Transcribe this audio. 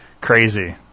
crazy